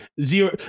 zero